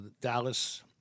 Dallas